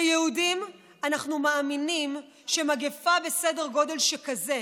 כיהודים אנחנו מאמינים שמגפה בסדר גודל שכזה,